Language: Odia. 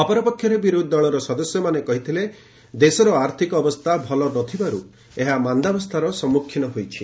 ଅପରପକ୍ଷରେ ବିରୋଧୀଦଳର ସଦସ୍ୟମାନେ କହିଥିଲେ ଦେଶର ଆର୍ଥିକ ଅବସ୍ଥା ଭଲ ନାହିଁ ଏବଂ ଏହା ମାନ୍ଦାବସ୍ଥାର ସମ୍ମୁଖୀନ ହୋଇଛି